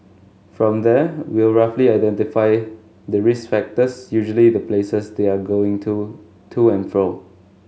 from there we'll roughly identify the risk factors usually the places they're going to to and fro